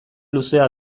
luzea